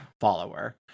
follower